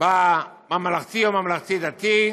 בממלכתי או ממלכתי דתי,